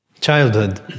Childhood